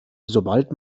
sobald